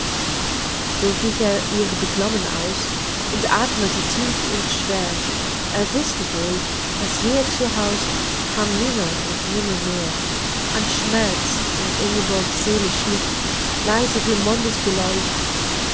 er ihr beklommen aus und athmete tief und schwer er wußte wohl das hierzuhaus kam nimmer und nimmermehr ein schmerz in ingeborgs seele schlich leise wie